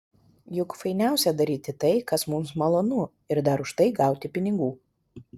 juk fainiausia daryti tai kas mums malonu ir dar už tai gauti pinigų